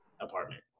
apartment